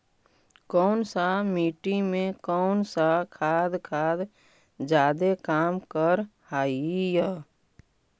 कौन सा मिट्टी मे कौन सा खाद खाद जादे काम कर हाइय?